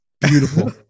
Beautiful